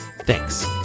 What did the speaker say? thanks